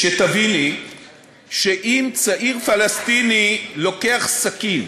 שתביני שאם צעיר פלסטיני לוקח סכין,